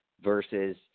versus